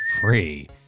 free